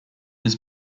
his